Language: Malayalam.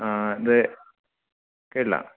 ആ എന്തേ കേട്ടില്ല